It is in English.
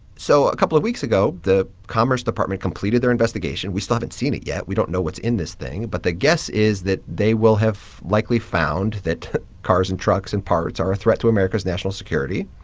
so a couple of weeks ago, the commerce department completed their investigation. we still haven't seen it yet. we don't know what's in this thing. but the guess is that they will have likely found that cars and trucks and parts are a threat to america's national security,